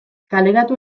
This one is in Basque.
kaleratu